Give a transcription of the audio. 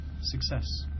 Success